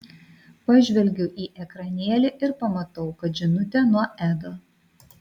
pažvelgiu į ekranėlį ir pamatau kad žinutė nuo edo